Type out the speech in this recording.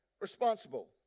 responsible